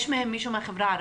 יש מהם מישהו מהחברה הערבית?